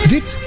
Dit